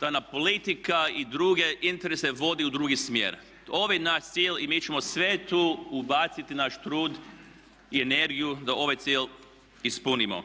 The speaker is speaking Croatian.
da nam politika i drugi interesi vode u drugi smjer. Ovo je naš cilj i mi ćemo sve tu ubaciti naš trud i energiju da ovaj cilj ispunimo.